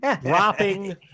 dropping